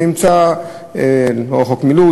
הנמצא לא רחוק מלוד,